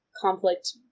conflict